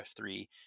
F3